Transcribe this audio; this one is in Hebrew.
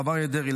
הרב אריה דרעי,